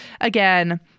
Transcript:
again